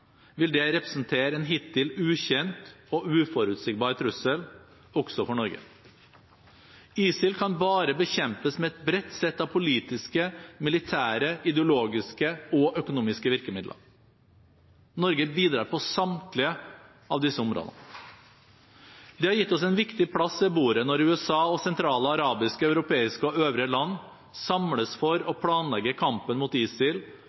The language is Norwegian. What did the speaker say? vil det representere en hittil ukjent og uforutsigbar trussel, også for Norge. ISIL kan bare bekjempes med et bredt sett av politiske, militære, ideologiske og økonomiske virkemidler. Norge bidrar på samtlige av disse områdene. Det har gitt oss en viktig plass ved bordet når USA og sentrale arabiske, europeiske og øvrige land samles for å planlegge kampen mot ISIL